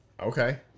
okay